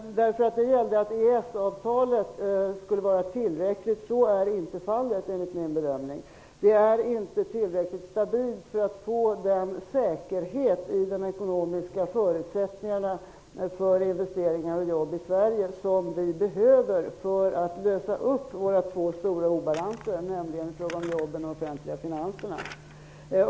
EES-avtalet skulle alltså vara tillräckligt. Men så är inte fallet enligt min bedömning. Det är inte tillräckligt stabilt för att vi skall få den säkerhet i fråga om de ekonomiska förutsättningarna för investeringar och jobb i Sverige som vi behöver för att lösa upp våra två stora obalanser: jobben och de offentliga finanserna.